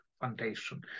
foundation